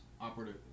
operative